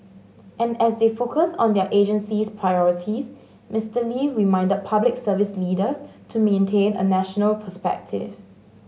and as they focus on their agency's priorities Mister Lee reminded Public Service leaders to maintain a national perspective